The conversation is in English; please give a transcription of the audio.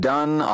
Done